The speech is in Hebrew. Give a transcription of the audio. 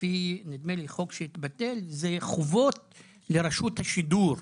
לפי נדמה לי, חוק שהתבטל, חובות לרשות השידור.